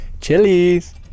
Chilies